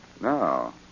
No